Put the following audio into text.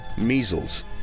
measles